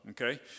Okay